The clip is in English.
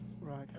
Right